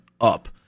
up